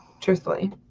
truthfully